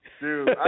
Dude